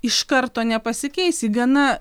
iš karto nepasikeis ji gana